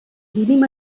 vivim